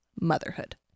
Motherhood